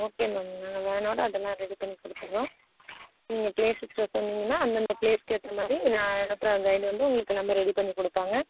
okay ma'am நாங்கள் வேனோடு அதெல்லாம் ரெடி பண்ணி கொடுத்துறோம் நீங்கள் ப்ளேஸஸ் சொன்னீங்கனால் அந்தந்த ப்ளேஸ்க்கு ஏற்ற மாதிரி நான் அனுப்புகிற கைடு வந்து உங்களுக்கு எல்லாமே ரெடி பண்ணி கொடுப்பாங்க